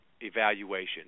evaluation